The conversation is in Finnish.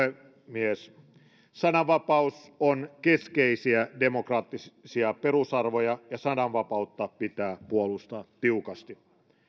rouva puhemies sananvapaus on keskeisiä demokraattisia perusarvoja ja sananvapautta pitää puolustaa tiukasti